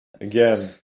Again